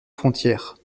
frontière